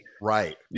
right